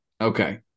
Okay